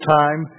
time